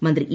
മന്ത്രി ഇ